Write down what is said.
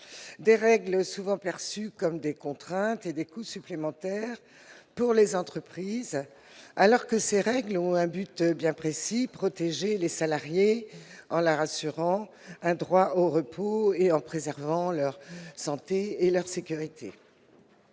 Ces règles sont souvent perçues comme des contraintes et des coûts supplémentaires pour les entreprises, alors qu'elles ont un but bien précis : protéger les salariés en leur assurant un droit au repos et en préservant leur santé et leur sécurité.